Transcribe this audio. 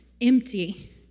empty